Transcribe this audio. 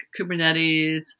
Kubernetes